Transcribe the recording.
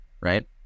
right